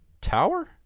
tower